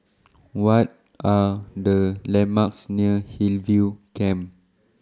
What Are The landmarks near Hillview Camp